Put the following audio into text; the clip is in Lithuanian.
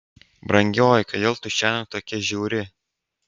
brangioji kodėl tu šiąnakt tokia žiauri